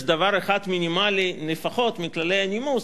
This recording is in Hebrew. יש דבר אחד מינימלי לפחות בכללי הנימוס,